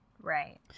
right